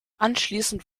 anschließend